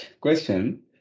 question